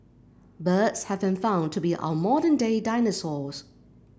birds have been found to be our modern day dinosaurs